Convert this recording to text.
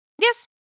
yes